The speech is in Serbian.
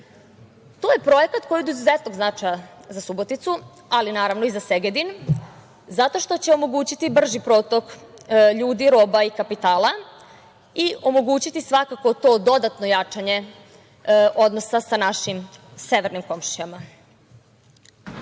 je projekat koji je od izuzetnog značaja za Suboticu, ali naravno i za Segedin zato što će omogućiti brži protok ljudi, roba i kapitala i omogućiti svako to dodatno jačanje odnosa sa našim severnim komšijama. Koliko